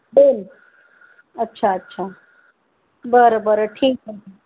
दोन अच्छा अच्छा बरं बरं ठीक आहे